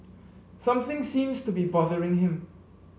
something seems to be bothering him